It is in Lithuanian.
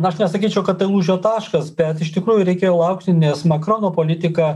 aš nesakyčiau kad tai lūžio taškas bet iš tikrųjų reikėjo laukti nes makrono politika